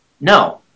no